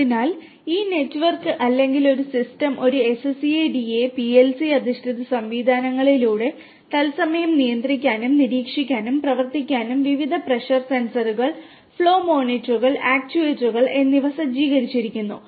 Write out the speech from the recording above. അതിനാൽ ഈ നെറ്റ്വർക്ക് അല്ലെങ്കിൽ ഈ സിസ്റ്റം ഒരു SCADA PLC അധിഷ്ഠിത സംവിധാനങ്ങളിലൂടെ തത്സമയം നിയന്ത്രിക്കാനും നിരീക്ഷിക്കാനും പ്രവർത്തിക്കാനും വിവിധ പ്രഷർ സെൻസറുകൾ ഫ്ലോ മോണിറ്ററുകൾ ആക്യുവേറ്ററുകൾ എന്നിവ സജ്ജീകരിച്ചിരിക്കുന്നു